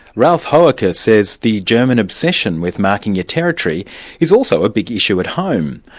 ralf hoecker says the german obsession with marking your territory is also a big issue at home.